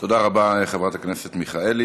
תודה רבה, חברת הכנסת מיכאלי.